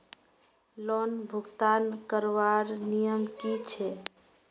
Loan भुगतान करवार नियम की छे?